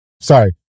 Sorry